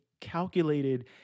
calculated